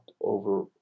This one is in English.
over